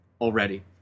already